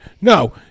no